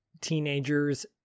teenagers